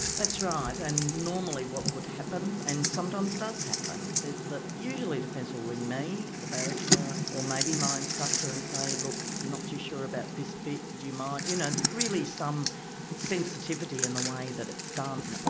that's right. and normally what would happen, and sometimes does happen, is that usually defence will ring me, the barrister, or maybe my instructor and say, look, not too sure about this bit. do you mind? you know, really some sensitivity in the way that it's done.